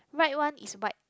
right one is white